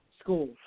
schools